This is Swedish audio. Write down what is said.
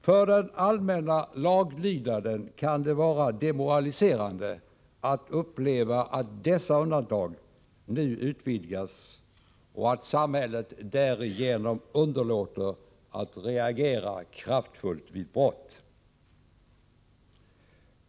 För den allmänna laglydnaden kan det vara demoraliserande att uppleva att dessa undantag nu utvidgas och att samhället därigenom underlåter att reagera kraftfullt vid brott.